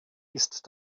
ist